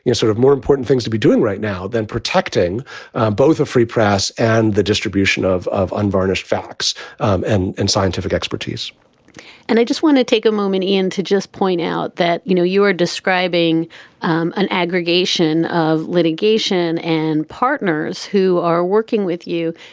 sort of more important things to be doing right now than protecting both a free press and the distribution of of unvarnished facts and and scientific expertise and i just want to take a moment, ian, to just point out that, you know, you are describing an aggregation of litigation and partners who are working with you.